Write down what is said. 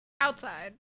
Outside